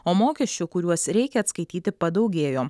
o mokesčių kuriuos reikia atskaityti padaugėjo